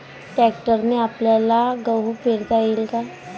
ट्रॅक्टरने आपल्याले गहू पेरता येईन का?